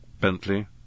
Bentley